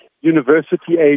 university-age